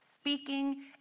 Speaking